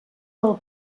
del